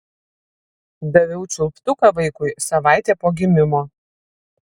daviau čiulptuką vaikui savaitė po gimimo